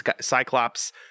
cyclops